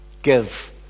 Give